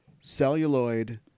celluloid